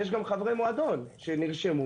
יש גם חברי מועדון שנרשמו,